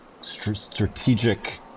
strategic